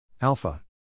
Alpha